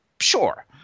sure